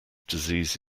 disease